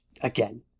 again